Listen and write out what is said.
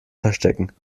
verstecken